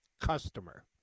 customer